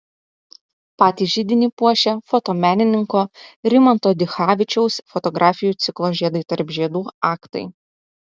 patį židinį puošia fotomenininko rimanto dichavičiaus fotografijų ciklo žiedai tarp žiedų aktai